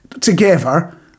together